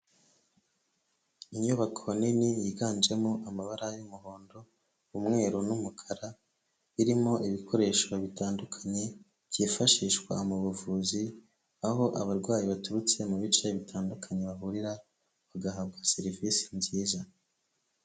Inyubako nini yiganjemo amabara y'umuhondo, umweru n'umukara irimo ibikoresho bitandukanye byifashishwa mu buvuzi aho abarwayi baturutse mu bice bitandukanye bahurira bagahabwa serivisi nziza.